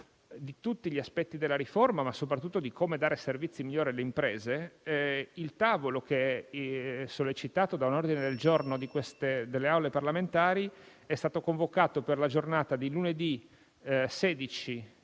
di tutti gli aspetti della riforma, ma soprattutto di come dare servizi migliori alle imprese, il tavolo sollecitato da un ordine del giorno proposto dalle Assemblee parlamentari è stato convocato per la giornata di lunedì 16 novembre